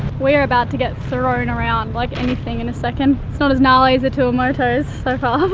we're about to get thrown around like anything in a second. its not as gnarly as the tuamotus so far,